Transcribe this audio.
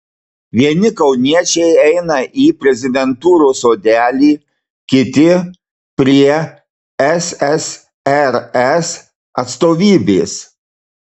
vieni kauniečiai eina į prezidentūros sodelį kiti prie ssrs atstovybės